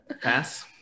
Pass